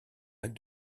lac